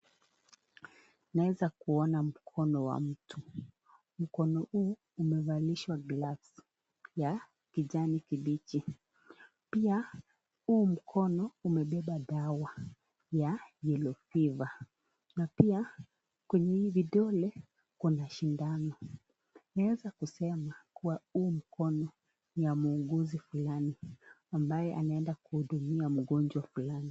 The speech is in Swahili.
Naeza kuona mkono Wa mtu. Mkono huu umevalishwa Glavu ya kijana kibichi . Pia huu mkono umebeba dawa ya (yellow fever ) na pia kwanye hii vidole Kuna sindano. Naweza kusema hii mkono ni ya muuguzi Fulani ambaye anaenda kuhudumia mgojwa Fulani.